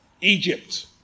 Egypt